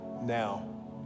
now